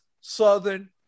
Southern